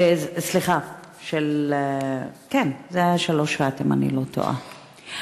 זה היה של אושרת, אם אני לא טועה.